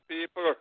people